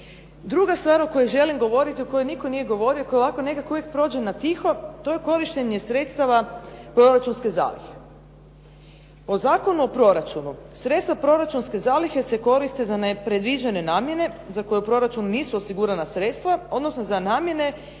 Druga stvar o kojoj želim govoriti o kojoj nitko nije govorio koji ovako nekako uvijek prođe na tiho to je korištenje sredstava proračunske zalihe. Po Zakonu o proračunu, sredstva proračunske zalihe se koriste za nepredviđene namjene za koje u proračunu nisu osigurana sredstva, odnosno za namjene